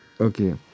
Okay